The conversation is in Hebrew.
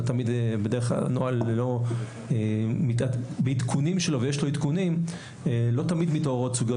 בדרך כלל לנוהל יש עדכונים אבל לא תמיד מתעוררות סוגיות